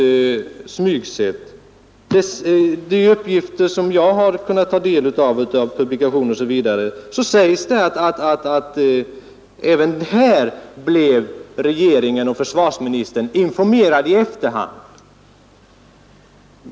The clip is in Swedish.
Enligt de uppgifter som jag har kunnat inhämta i publikationer och på annat sätt blev även i det fallet regeringen och försvarsministern informerade i efterhand.